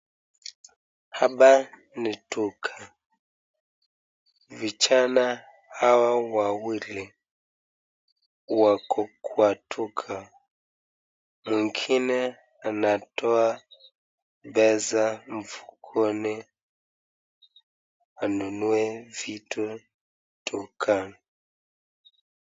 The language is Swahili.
Hapa ni duka. Vijana hao wawili wako kwa duka, mwingine anatoa pesa mfukoni anunue vitu dukani.